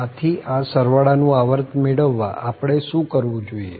આથી આ સરવાળા નું આવર્ત મેળવવા આપણે શું કરવું જોઈએ